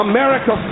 America